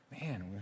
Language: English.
man